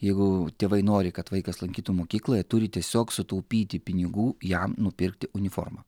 jeigu tėvai nori kad vaikas lankytų mokyklą jie turi tiesiog sutaupyti pinigų jam nupirkti uniformą